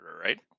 right